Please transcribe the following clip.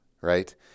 right